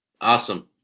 Awesome